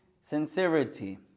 Sincerity